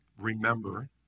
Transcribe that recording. remember